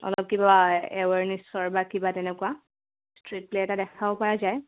অলপ কিবা এৱেৰনেছৰ বা কিবা তেনেকুৱা ষ্ট্ৰীট প্লে এটা দেখাব পৰা যায়